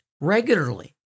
regularly